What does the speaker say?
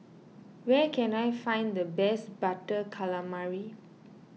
where can I find the best Butter Calamari